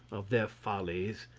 of their follies,